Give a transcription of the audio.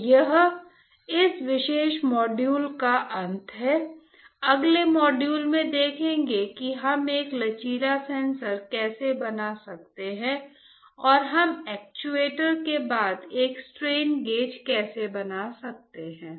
तो यह इस विशेष मॉड्यूल का अंत है अगले मॉड्यूल में देखें कि हम एक लचीला सेंसर कैसे बना सकते हैं और हम एक्चुएटर के बाद एक स्ट्रेन गेज कैसे बना सकते हैं